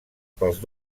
pels